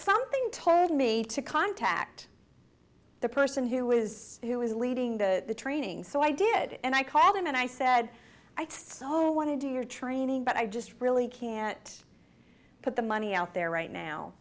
something told me to contact the person who is who is leading the training so i did and i called him and i said i so want to do your training but i just really can't put the money out there right now